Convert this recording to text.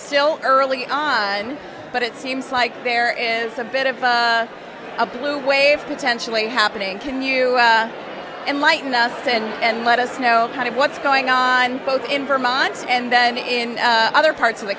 still early on but it seems like there is a bit of a blue wave potentially happening can you enlighten us and let us know kind of what's going on both in vermont and then in other parts of the